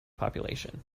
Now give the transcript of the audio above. population